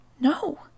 No